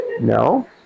No